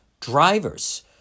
drivers